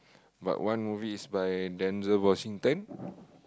but one movie is by Denzel-Washington